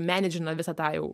menedžina visą tą jau